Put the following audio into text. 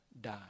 die